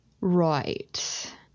Right